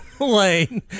lane